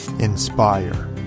Inspire